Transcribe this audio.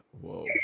Whoa